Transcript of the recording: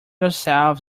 ourselves